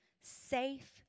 safe